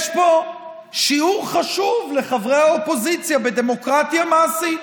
יש פה שיעור חשוב לחברי האופוזיציה בדמוקרטיה מעשית.